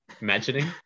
imagining